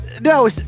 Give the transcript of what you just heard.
no